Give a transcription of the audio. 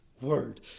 word